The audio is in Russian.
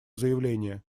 заявление